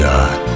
God